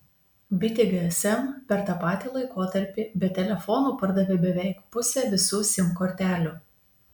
bitė gsm per tą patį laikotarpį be telefonų pardavė beveik pusę visų sim kortelių